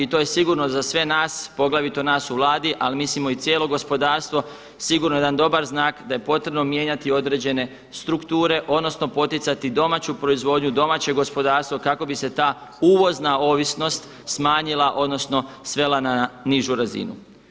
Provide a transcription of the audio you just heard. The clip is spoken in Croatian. I to je sigurno za sve nas, poglavito nas u Vladi, ali mislimo i cijelo gospodarstvo sigurno jedan dobar znak da je potrebno mijenjati određene strukture odnosno poticati domaću proizvodnju, domaće gospodarstvo kako bi se ta uvozna ovisnost smanjila odnosno svela na nižu razinu.